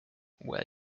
where